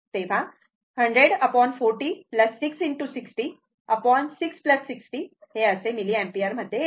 100 40 6 ✕ 606 60 हे असे milliampere मध्ये येते